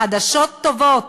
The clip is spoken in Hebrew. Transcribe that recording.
חדשות טובות,